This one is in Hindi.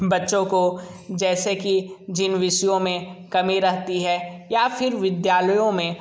बच्चों को जैसे कि जिन विषयों में कमी रहती है या फिर विद्यालयों में